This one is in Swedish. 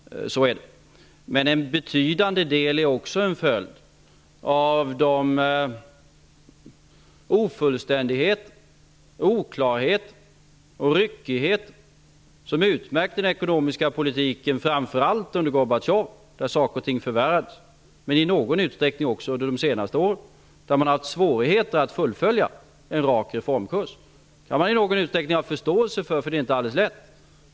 Så är det. Men en betydande del är också en följd av de ofullständigheter, oklarheter och ryckigheter som utmärkte den ekonomiska politiken framför allt under Gorbatjov, då saker och ting förvärrades. Men i någon utsträckning beror de också på att man under de senaste åren har haft svårigheter att fullfölja en rak reformkurs. Det kan man i viss mån ha förståelse för. Det är inte alldeles lätt.